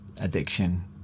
addiction